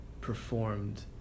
performed